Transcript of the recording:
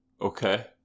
Okay